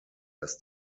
dass